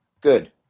Good